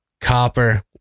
Copper